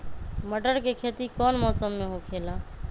मटर के खेती कौन मौसम में होखेला?